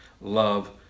love